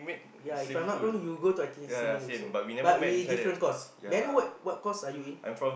yea If I not wrong you go to I_T_E Simei also but we different course then what what course are you in